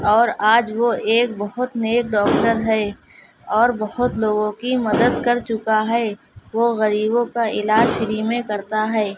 اور آج وہ ایک بہت نیک ڈاکٹر ہے اور بہت لوگوں کی مدد کر چکا ہے وہ غریبوں کا علاج فری میں کرتا ہے